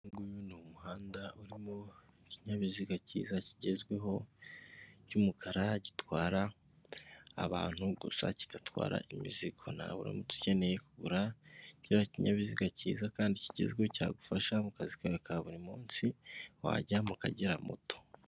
Uyu nguyu ni umuhanda urimo ikinyabiziga kiza kigezweho cy'umukara, gitwara abantu gusa kidatwara imizigo, nawe uramutse ukeneye kugura kiriya kinyabiziga kiza kandi kigezweho cyagufasha mu kazi ka buri munsi wajyayo mu Kagera Moto.